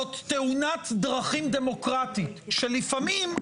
זאת תאונת דרכים דמוקרטית שלפעמים,